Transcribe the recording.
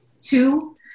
Two